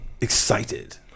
excited